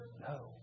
No